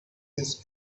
his